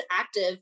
active